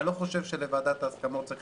אני לא חושב שלוועדת ההסכמות צריכה